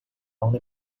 only